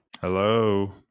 Hello